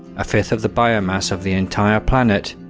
a fifth of the biomass of the entire planet,